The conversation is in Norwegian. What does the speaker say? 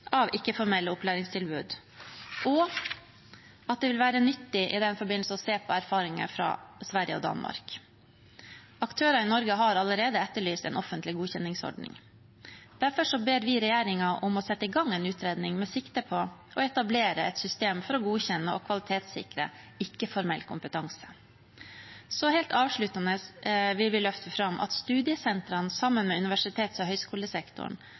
av ikke-formelle opplæringstilbud, og at det vil være nyttig i den forbindelse å se på erfaringer fra Sverige og Danmark. Aktører i Norge har allerede etterlyst en offentlig godkjenningsordning. Derfor ber vi regjeringen om å sette i gang en utredning med sikte på å etablere et system for å godkjenne og kvalitetssikre ikke-formell kompetanse. Så helt avsluttende: Vi vil løfte fram at studiesentrene, sammen med universitets- og høyskolesektoren,